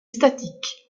statique